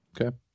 Okay